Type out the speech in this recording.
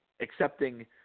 accepting